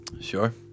Sure